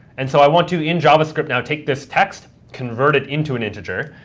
and so i want to, in javascript now, take this text, covert it into an integer,